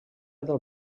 del